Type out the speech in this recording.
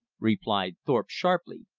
replied thorpe sharply.